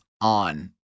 on